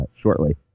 shortly